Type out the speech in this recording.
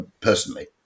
personally